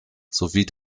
sowie